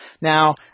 Now